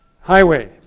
highway